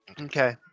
Okay